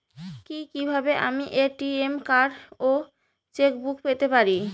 কি কিভাবে আমি এ.টি.এম কার্ড ও চেক বুক পেতে পারি?